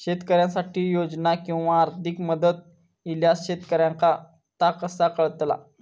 शेतकऱ्यांसाठी योजना किंवा आर्थिक मदत इल्यास शेतकऱ्यांका ता कसा कळतला?